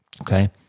Okay